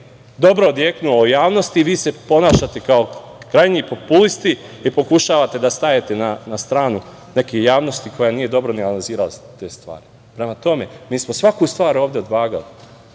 dobro odjeknulo u javnosti, vi se ponašate kao krajnji populisti i pokušavate da stanete na stranu neke javnosti koja nije dobro analizirala te stvari. Prema tome, mi smo svaku stvar ovde odvagali.